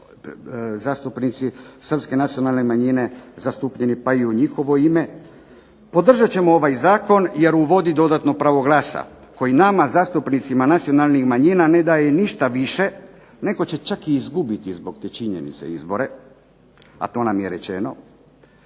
klubu su zastupnici srpske nacionalne manjine zastupljeni, pa i u njihovo ime, podržat ćemo ovaj zakon jer uvodi dodatno pravo glasa, koji nama zastupnicima nacionalnih manjina ne daje ništa više, netko će čak i izgubiti zbog te činjenice izbore, a to nam je rečeno